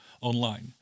online